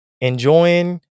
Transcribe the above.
enjoying